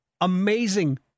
Amazing